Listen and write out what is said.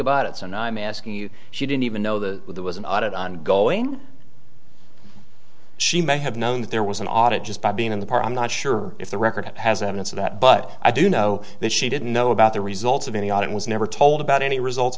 about it so now i'm asking you she didn't even know there was an audit ongoing she may have known that there was an audit just by being in the part i'm not sure if the record has evidence of that but i do know that she didn't know about the results of any audit was never told about any results